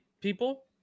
people